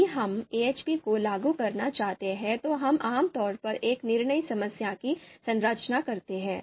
यदि हम AHP को लागू करना चाहते हैं तो हम आम तौर पर एक निर्णय समस्या की संरचना करते हैं